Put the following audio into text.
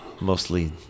Mostly